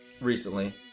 recently